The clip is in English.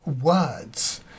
Words